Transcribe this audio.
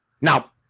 now